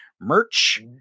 merch